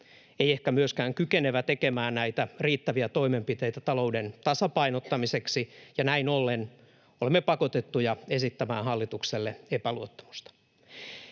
ei ehkä myöskään kykenevä, tekemään näitä riittäviä toimenpiteitä talouden tasapainottamiseksi, ja näin ollen olemme pakotettuja esittämään hallitukselle epäluottamusta: